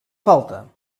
falta